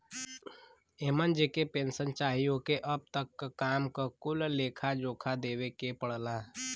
एमन जेके पेन्सन चाही ओके अब तक क काम क कुल लेखा जोखा देवे के पड़ला